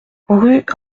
rue